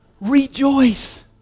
Rejoice